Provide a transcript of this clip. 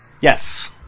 Yes